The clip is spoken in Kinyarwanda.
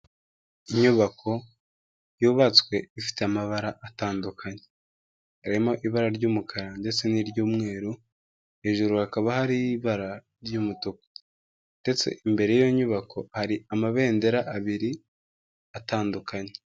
Inyubako yubatswe ifite amabara atandukanye. Harimo ibara ry'umukara ndetse n'iry'umweru, hejuru hakaba hari ibara ry'umutuku. Ndetse imbere y'iyo nyubako hari amabendera abiri atandukanye.